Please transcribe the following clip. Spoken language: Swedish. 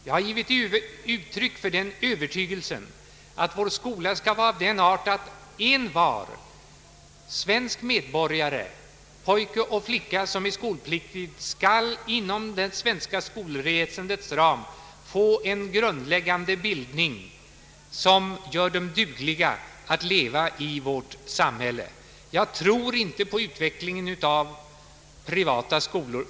Jag har givit uttryck för den övertygelsen, att vår skola skall vara av den art att envar svensk medborgare, pojke eller flicka som är skolpliktig skall inom det svenska skolväsendets ram få en grundläggande bildning som gör honom eller henne duglig att leva i vårt samhälle. Jag tror inte på utvecklingen av privata skolor.